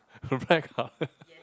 where got